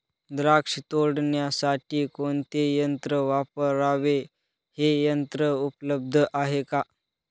द्राक्ष तोडण्यासाठी कोणते यंत्र वापरावे? हे यंत्र उपलब्ध आहे का?